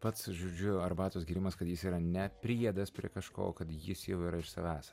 pats žodžiu arbatos gėrimas kad jis yra ne priedas prie kažko o kad jis jau yra iš savęs